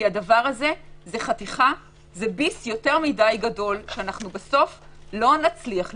כי הדבר הזה זה ביס יותר מדי גדול שבסוף לא נצליח לבלוע.